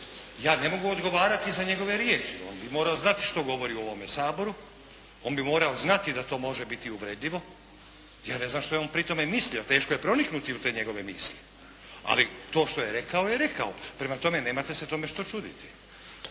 Ja ne mogu odgovarati za njegove riječi, on bi morao znati što govori u ovome Saboru, on bi morao znati da to može biti uvrjedljivo, ja ne znam što je on pri tome mislio, teško je pronikuti u te njegove misli. Ali to što je rekao je rekao. Prema tome, nemate se tome šta čuditi!